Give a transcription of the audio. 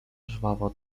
żwawo